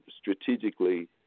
strategically